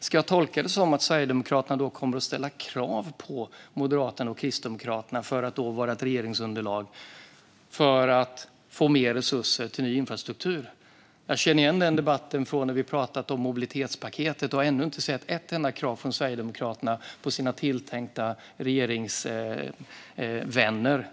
Ska jag tolka det som att Sverigedemokraterna då kommer att ställa krav på Moderaterna och Kristdemokraterna på mer resurser till ny infrastruktur för att vara ett regeringsunderlag? Jag känner igen den debatten från när vi pratade om mobilitetspaketet och har ännu inte sett ett enda krav från Sverigedemokraterna på deras tilltänkta regeringsvänner.